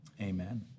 Amen